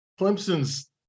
Clemson's